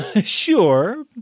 sure